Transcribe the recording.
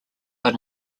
but